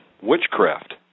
witchcraft